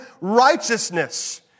righteousness